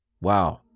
wow